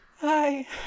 Hi